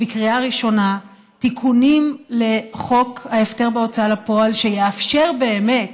בקריאה ראשונה תיקונים לחוק ההפטר בהוצאה לפועל שיאפשרו באמת